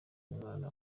umwana